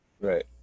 Right